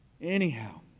Anyhow